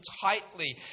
tightly